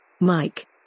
Mike